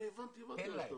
אני הבנתי מה אתה אומר.